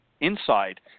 inside